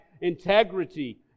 integrity